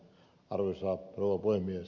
arvoisa rouva puhemies